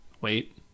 wait